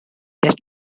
test